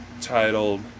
titled